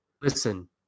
Listen